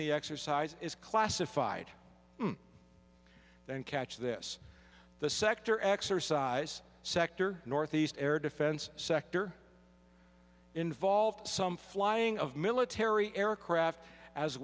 the exercise is classified then catch this the sector exercise sector northeast air defense sector involved some flying of military aircraft as